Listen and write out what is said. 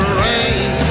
rain